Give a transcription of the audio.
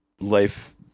life